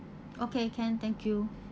okay can thank you